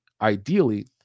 Ideally